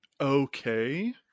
okay